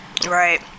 Right